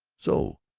so,